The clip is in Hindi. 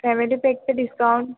फ़ैमिली पैक पे डिस्काउंट